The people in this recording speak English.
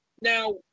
Now